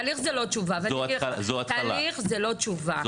תהליך זה לא תשובה.